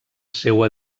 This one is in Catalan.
seua